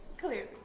Clear